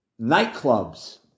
nightclubs